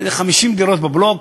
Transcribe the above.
50 דירות בבלוק,